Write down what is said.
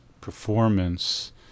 performance